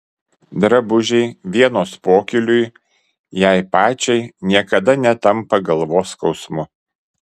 drabužiai vienos pokyliui jai pačiai niekada netampa galvos skausmu